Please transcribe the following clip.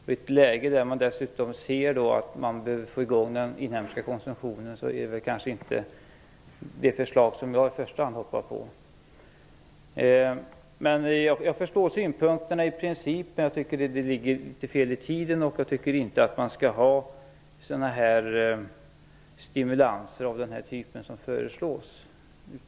I ett läge där man dessutom ser att man behöver få i gång den inhemska konsumtionen är det kanske inte det förslag som jag i första hand hoppar på. Jag förstår synpunkterna i princip, men jag tycker att de ligger litet fel i tiden. Jag tycker inte att man skall ha stimulanser av den typ som föreslås.